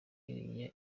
iriya